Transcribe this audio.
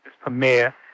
Premier